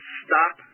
stop